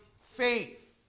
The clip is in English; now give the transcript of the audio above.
faith